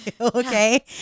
okay